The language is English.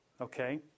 okay